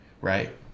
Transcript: right